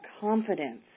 confidence